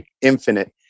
infinite